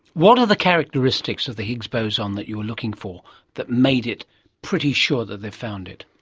what are the characteristics of the higgs boson that you're looking for that made it pretty sure that they've found it?